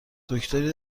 دکتری